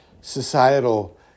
societal